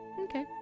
Okay